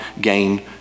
gain